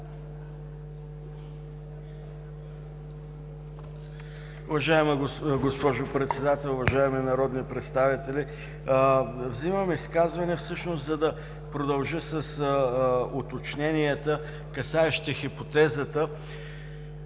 Уважаема госпожо Председател, уважаеми народни представители! Правя изказване, за да продължа с уточненията, касаещи хипотезата